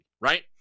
right